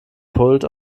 pult